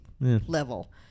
level